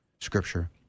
Scripture